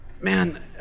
man